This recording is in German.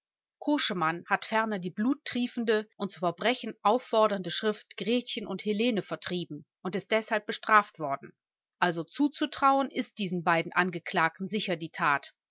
koschemann hat ferner die bluttriefende und zu verbrechen auffordernde schrift gretchen und helene vertrieben und ist deshalb bestraft worden also zuzutrauen ist diesen beiden angeklagten sicher die tat